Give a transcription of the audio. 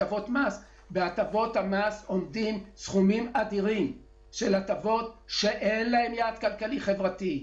בהטבות המס עומדים סכומים אדירים של הטבות שאין להן יעד כלכלי-חברתי,